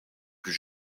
plus